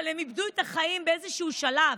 אבל הם איבדו את החיים באיזשהו שלב.